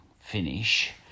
finish